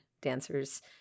dancers